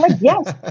Yes